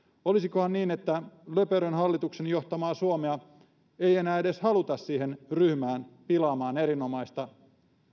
olisikohan niin että löperön hallituksen johtamaa suomea ei enää edes haluta siihen ryhmään pilaamaan erinomaista